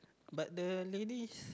but the ladies